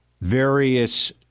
various